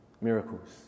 miracles